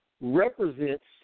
represents